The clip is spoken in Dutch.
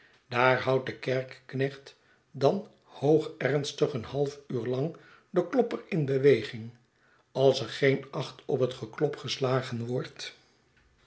daar houdt de kerkeknecht dan hoogernstig een half uur lang den klopper in beweging als er geen acht op het geklop geslagen wordt